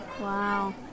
Wow